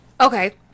okay